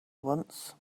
once